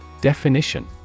Definition